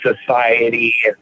society